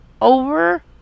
over